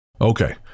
Okay